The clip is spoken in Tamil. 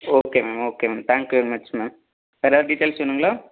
okay ma'am okay ma'am thank you very much ma'am வேறு எதாவது டீட்டெயில்ஸ் வேணுங்களா